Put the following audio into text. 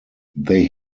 they